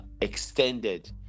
extended